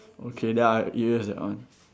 okay then I erase that one